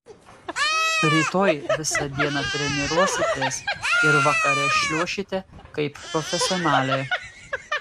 rytoj visą dieną treniruositės ir vakare šliuošite kaip profesionalė